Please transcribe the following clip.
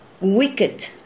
wicked